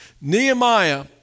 Nehemiah